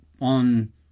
on